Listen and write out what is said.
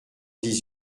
dix